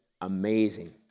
Amazing